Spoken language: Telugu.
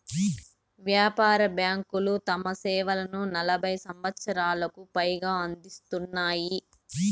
వ్యాపార బ్యాంకులు తమ సేవలను నలభై సంవచ్చరాలకు పైగా అందిత్తున్నాయి